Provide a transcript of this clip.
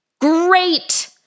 Great